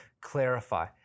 clarify